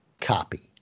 Copy